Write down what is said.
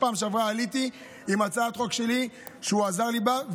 בפעם שעברה עליתי עם הצעת החוק שלי שהוא עזר לי בה,